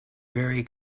very